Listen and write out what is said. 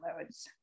loads